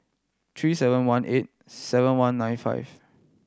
three seven one eight seven one nine five